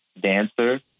dancer